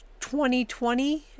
2020